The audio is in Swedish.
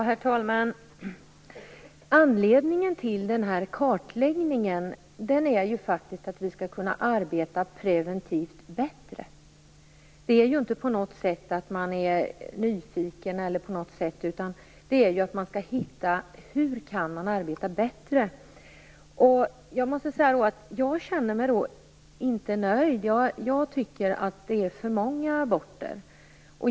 Herr talman! Anledningen till kartläggningen är att vi bättre skall kunna arbeta preventivt. Det är inte på något sätt att man är nyfiken. Man vill veta: Hur kan vi arbeta bättre? Jag känner mig inte nöjd. Jag tycker att det är för många aborter.